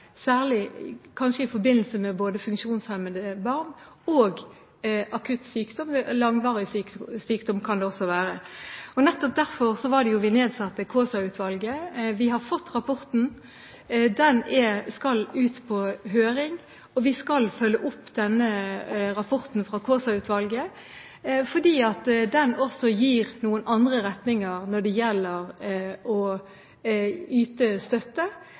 særlig kanskje i forbindelse med både funksjonshemmede barn og akutt sykdom, langvarig sykdom kan det også være. Nettopp derfor var det vi nedsatte Kaasa-utvalget. Vi har fått rapporten fra dem, den skal ut på høring, og vi skal følge den opp, fordi den også gir noen andre retninger når det gjelder å yte støtte